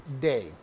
day